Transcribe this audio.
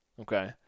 okay